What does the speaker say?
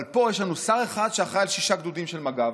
אבל פה יש לנו שר אחד שאחראי על שישה גדודים של מג"ב,